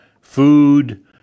food